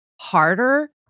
harder